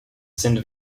sind